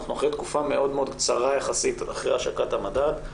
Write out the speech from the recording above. אנחנו אחרי תקופה מאוד-מאוד קצרה יחסית אחרי השקת המדד.